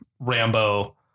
Rambo